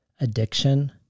addiction